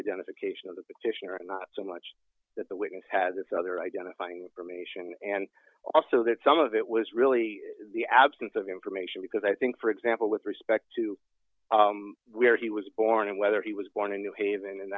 identification of the petitioner not so much that the witness had this other identifying information and also that some of it was really the absence of information because i think for example with respect to we are he was born and whether he was born in new haven and